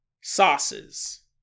sauces